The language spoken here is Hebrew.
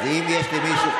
אז אם יש מישהו,